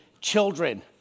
children